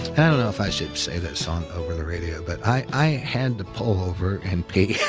i don't know if i should say that song over the radio, but i had to pull over and pee.